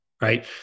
right